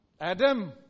Adam